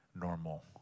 normal